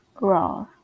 raw